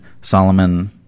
Solomon